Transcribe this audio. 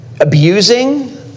abusing